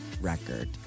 record